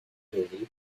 movie